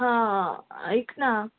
हां ऐक ना